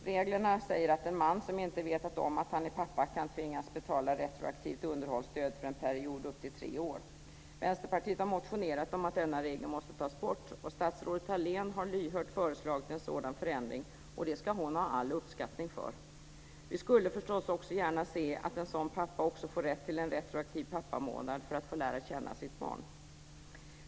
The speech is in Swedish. Reglerna säger att en man som inte vetat om att han är pappa kan tvingas betala retroaktivt underhållsstöd för en period upp till tre år. Vänsterpartiet har motionerat om att denna regel måste tas bort, och statsrådet Thalén har lyhört föreslagit en sådan förändring. Det ska hon ha all uppskattning för. Vi skulle förstås också gärna se att en sådan pappa också får rätt till en retroaktiv pappamånad för att få lära känna sitt barn.